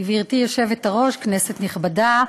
גברתי היושבת-ראש, כנסת נכבדה,